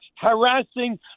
harassing